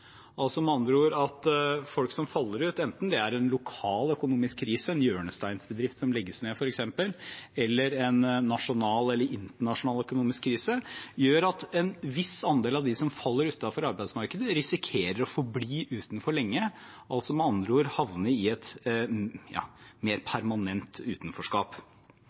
med andre ord at folk faller ut. Enten det skyldes en lokal økonomisk krise, f.eks. en hjørnesteinsbedrift som legges ned, eller en nasjonal eller internasjonal økonomisk krise, gjør det at en viss andel av dem som faller utenfor arbeidsmarkedet, risikerer å forbli utenfor lenge, altså med andre ord havne i et mer permanent utenforskap.